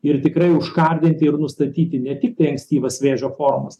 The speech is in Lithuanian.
ir tikrai užkardyti ir nustatyti ne tiktai ankstyvas vėžio formas